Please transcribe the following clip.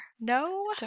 No